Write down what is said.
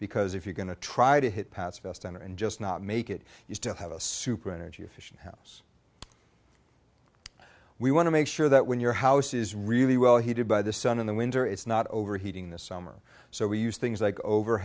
because if you're going to try to hit paths vest on and just not make it you still have a super energy efficient house and we want to make sure that when your house is really well heated by the sun in the winter it's not overheating this summer so we use things like over